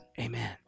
amen